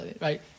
right